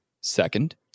Second